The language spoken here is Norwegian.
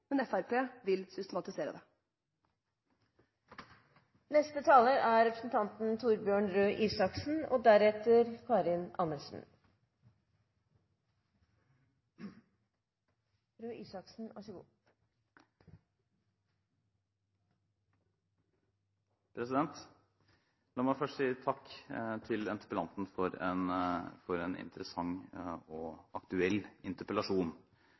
men Fremskrittspartiet vil systematisere sosial dumping. La meg først si takk til interpellanten for en interessant og aktuell interpellasjon.